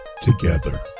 together